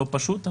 לא פשוט,